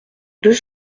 deux